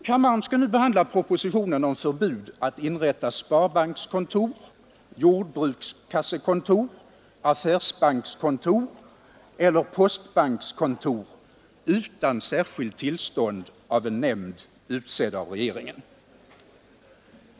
Kammaren skall nu behandla propositionen om förbud att inrätta sparbankskontor, jordbrukskassekontor, affärsbankskontor eller postbankskontor utan särskilt tillstånd av en nämnd, utsedd av regeringen.